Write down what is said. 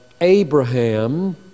Abraham